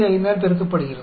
5 ஆல் பெருக்கப்படுகிறது